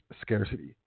scarcity